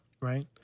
Right